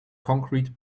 concrete